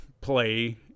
play